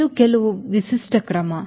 ಇವು ಕೇವಲ ವಿಶಿಷ್ಟ ಕ್ರಮ